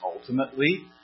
ultimately